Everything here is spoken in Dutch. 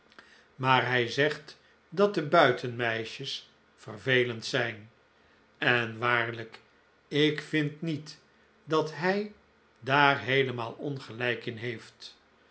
maar hij zegt dat de buitenmeisjes vervelend zijn en waarlijk ik vind niet dat hij daar heelemaal ongelijk in heeft